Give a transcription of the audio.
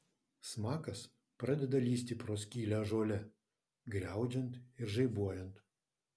smakas pradeda lįsti pro skylę ąžuole griaudžiant ir žaibuojant